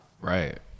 Right